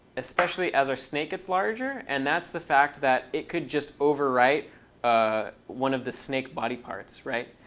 especially as our snake gets larger. and that's the fact that it could just overwrite ah one of the snake body parts, right?